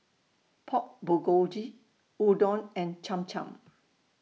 Pork Bulgogi Udon and Cham Cham